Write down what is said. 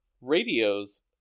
radios